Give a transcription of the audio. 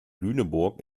lüneburg